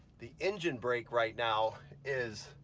the engine brake right now is,